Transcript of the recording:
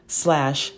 slash